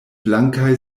blankaj